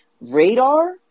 radar